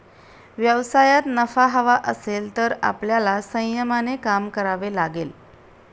व्यवसायात नफा हवा असेल तर आपल्याला संयमाने काम करावे लागेल